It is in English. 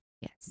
yes